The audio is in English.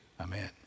Amen